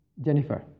Jennifer